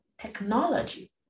technology